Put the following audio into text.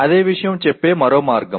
అదే విషయం చెప్పే మరో మార్గం